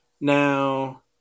Now